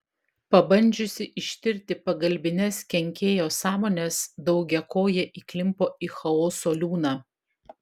pabandžiusi ištirti pagalbines kenkėjo sąmones daugiakojė įklimpo į chaoso liūną